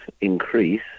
increase